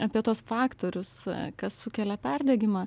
apie tuos faktorius kas sukelia perdegimą